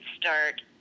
start